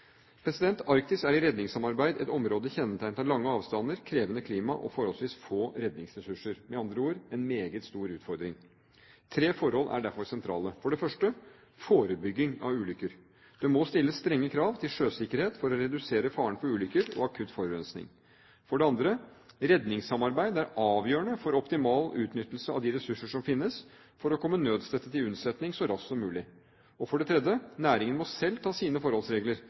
i redningssammenheng et område kjennetegnet av lange avstander, krevende klima og forholdsvis få redningsressurser – med andre ord en meget stor utfordring. Tre forhold er derfor sentrale: For det første forebygging av ulykker: Det må stilles strenge krav til sjøsikkerhet for å redusere faren for ulykker og akutt forurensning. For det andre: Redningssamarbeid er avgjørende for optimal utnyttelse av de ressurser som finnes, for å komme nødstedte til unnsetning så raskt som mulig. For det tredje: Næringen må selv ta sine